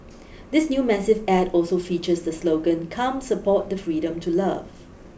this new massive ad also features the slogan come support the freedom to love